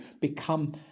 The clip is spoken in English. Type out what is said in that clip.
become